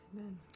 Amen